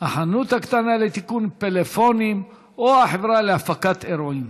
החנות הקטנה לתיקון פלאפונים או החברה להפקת אירועים.